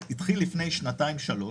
זה התחיל לפני שנתיים-שלוש.